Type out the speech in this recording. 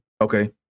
Okay